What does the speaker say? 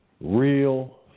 Real